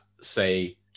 say